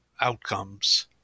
outcomes